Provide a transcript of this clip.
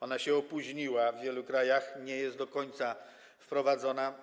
Ona się opóźniła, w wielu krajach nie jest do końca wprowadzona.